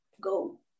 go